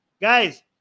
Guys